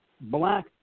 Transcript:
black